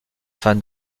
fans